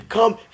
Come